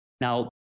Now